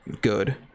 good